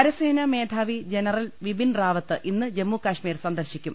കരസേനാ മേധാവി ജനറൽ ബിപിൻ റാവത്ത് ഇന്ന് ജമ്മുകശ്മീർ സന്ദർശി ക്കും